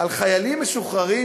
על חיילים משוחררים,